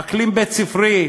אקלים בית-ספרי,